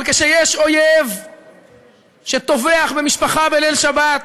אבל כשיש אויב שטובח משפחה בליל שבת,